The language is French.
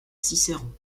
cicéron